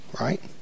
right